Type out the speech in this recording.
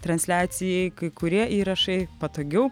transliacijai kai kurie įrašai patogiau